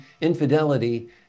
infidelity